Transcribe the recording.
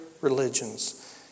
religions